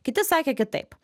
kiti sakė kitaip